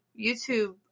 YouTube